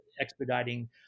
expediting